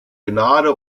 gnade